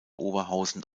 oberhausen